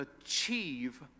achieve